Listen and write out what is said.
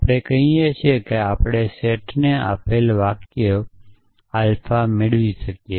આપણે કહીએ છીએ કે આપણે સેટ S આપેલ હોય તો આપણે આલ્ફા મેળવી શકીએ